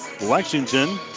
Lexington